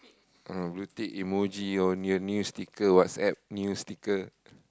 uh blue tick emoji or new new sticker WhatsApp new sticker